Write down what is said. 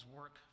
work